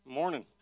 Morning